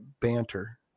banter